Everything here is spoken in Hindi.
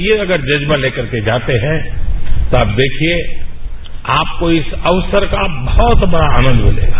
ये अगर जज्बा ले करके जाते हैं तो आप देखिए आपको इस अवसर का बहुत बड़ा आनंद मिलेगा